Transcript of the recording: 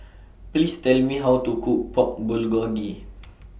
Please Tell Me How to Cook Pork Bulgogi